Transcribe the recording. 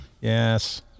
Yes